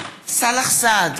סאלח סעד,